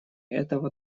этого